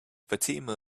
fatima